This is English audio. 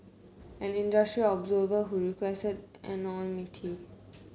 an industry observer who requested anonymity